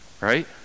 right